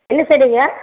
என்ன செடிங்க